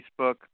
Facebook